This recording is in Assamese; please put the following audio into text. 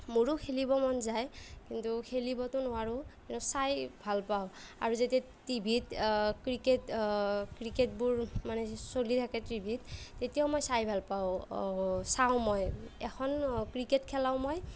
মোৰো খেলিব মন যায় কিন্তু খেলিবতো নোৱাৰোঁ কিন্তু চাই ভাল পাওঁ আৰু যেতিয়া টিভিত ক্ৰিকেট ক্ৰিকেটবোৰ মানে চলি থাকে টিভিত তেতিয়াও মই চাই ভাল পাওঁ চাওঁ মই এখন ক্ৰিকেট খেলাও মই